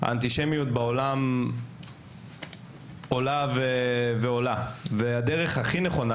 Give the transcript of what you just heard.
האנטישמיות בעולם עולה ועולה והדרך הכי נכונה